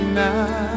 now